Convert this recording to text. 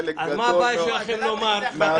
חלק גדול מאוד מההסעות --- אז מה הבעיה שלכם לומר בתקנות?